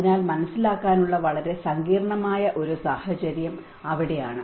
അതിനാൽ മനസ്സിലാക്കാനുള്ള വളരെ സങ്കീർണ്ണമായ ഒരു സാഹചര്യം അവിടെയാണ്